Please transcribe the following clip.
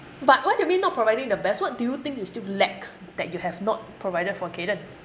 but what do you mean not providing the best what do you think you still lack that you have not provided for kayden